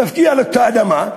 מפקיע לו את האדמה,